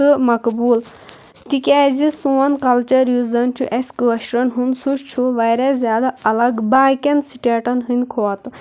تہٕ مقبول تہِ کیٛازِ سون کلچر یُس زن چھُ اَسہِ کٲشرٮ۪ن ہُنٛد سُہ چھُ وارِیاہ زیادٕ الگ باقین سِٹٮ۪ٹن ہِنٛدۍ کھۄتہٕ